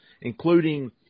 including